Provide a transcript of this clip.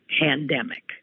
pandemic